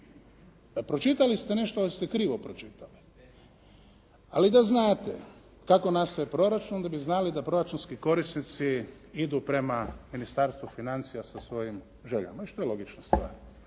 Pročitali ste nešto, ali ste krivo pročitali. Ali da znate kako nastaje proračun, onda bi znali da proračunski korisnici idu prema Ministarstvu financija sa svojim željama i što je logična stvar.